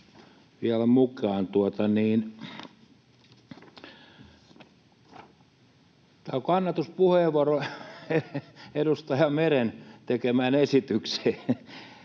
vielä mukaan. Tämä on kannatuspuheenvuoro edustaja Meren tekemään esitykseen.